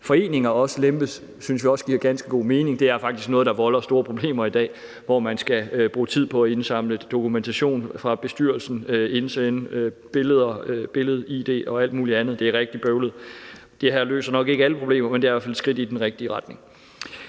foreninger også lempes, synes vi også giver ganske god mening. Det er faktisk noget, der volder store problemer i dag, hvor man skal bruge tid på at indsamle dokumentation fra bestyrelsen, indsende billed-id og alt muligt andet. Det er rigtig bøvlet. Det her løser nok ikke alle problemer, men det er i hvert fald et skridt i den rigtige retning.